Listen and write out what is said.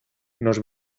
nos